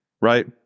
right